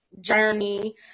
journey